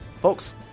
folks